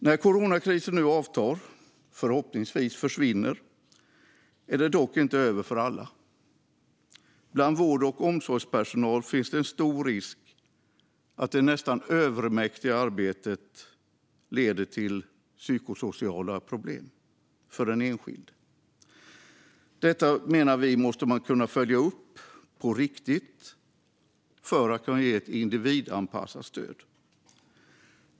När coronakrisen nu avtar och förhoppningsvis försvinner är det dock inte över för alla. Bland vård och omsorgspersonal finns det en stor risk att det nästan övermäktiga arbetet leder till psykosociala problem för den enskilde. Detta menar vi måste kunna följas upp på riktigt för att kunna ge ett individanpassat stöd.